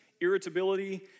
irritability